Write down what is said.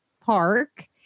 park